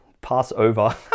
Passover